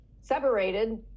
separated